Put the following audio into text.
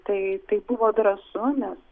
tai tai buvo drąsu nes